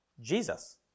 Jesus